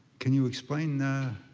can you explain